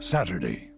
Saturday